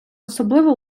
особливо